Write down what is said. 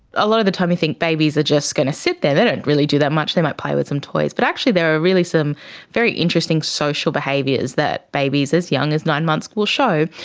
a lot of the time you think babies are just going to sit there, they don't really do that much, they might play with some toys, but actually there are really some very interesting social behaviours that babies as young as nine months will show.